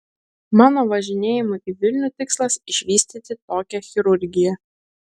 mano važinėjimų į vilnių tikslas išvystyti tokią chirurgiją